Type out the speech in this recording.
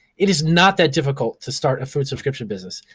it is not that difficult to start a food subscription business.